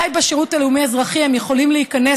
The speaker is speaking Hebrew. אולי בשירות הלאומי-אזרחי הן יכולות להיכנס